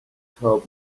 تاب